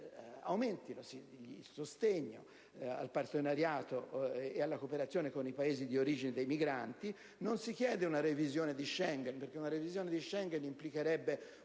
un aumento del sostegno al partenariato e alla cooperazione con i Paesi di origine dei migranti; non si chiede una revisione di Schengen, perché questa implicherebbe